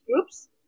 groups